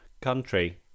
country